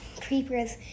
creepers